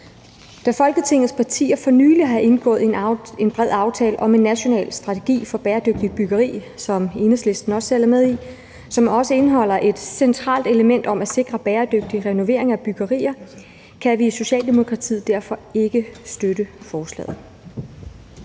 Da Folketingets partier for nylig har indgået en bred aftale om en national strategi for bæredygtigt byggeri, som Enhedslisten også selv er med i, og som også indeholder et centralt element i forhold til at sikre bæredygtige renoveringer og byggerier, kan vi i Socialdemokratiet derfor ikke støtte forslaget.